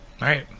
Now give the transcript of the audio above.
right